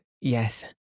yes